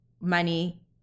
money